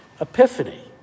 Epiphany